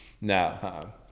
No